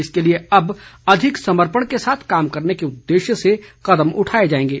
इसके लिए अब अधिक समर्पण के साथ काम करने के उद्देश्य से कदम उठाए जाएंगे